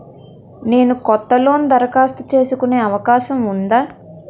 నేను కొత్త లోన్ దరఖాస్తు చేసుకునే అవకాశం ఉందా?